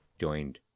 joined